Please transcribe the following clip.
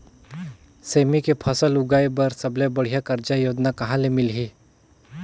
सेमी के फसल उगाई बार सबले बढ़िया कर्जा योजना कहा ले मिलही?